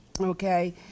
okay